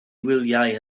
wyliau